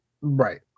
Right